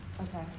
Okay